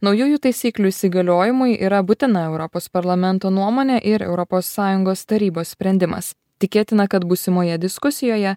naujųjų taisyklių įsigaliojimui yra būtina europos parlamento nuomonė ir europos sąjungos tarybos sprendimas tikėtina kad būsimoje diskusijoje